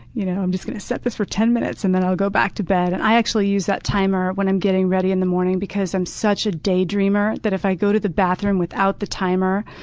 you know i'm just going to set this for ten minutes, and then i'll go back to bed. and i actually use that timer when i'm getting ready in the morning because i'm such a daydreamer that if i go to the bathroom without the timer,